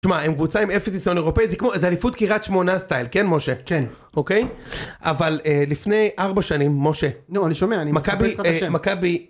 הם קבוצה עם אפס ניסיון אירופאי, זה אליפות קרית שמונה סטייל. כן משה, כן אוקיי. אבל לפני ארבע שנים, משה, נו אני שומע. מכבי מקבי.